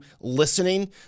listening